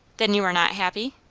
then you are not happy?